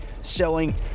selling